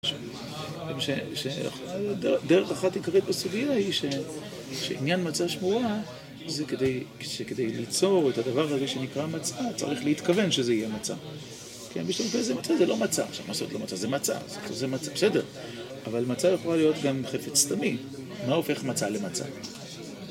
דרך אחת עיקרית בסוגיה היא שעניין מצה שמורה זה כדי שכדי ליצור את הדבר הזה שנקרא מצה צריך להתכוון שזה יהיה מצה כי המשתמש בזה זה לא מצה, מה זאת אומרת שזה לא מצה? זה מצה, בסדר אבל מצה יכול להיות גם חפץ סתמי מה הופך מצה למצה?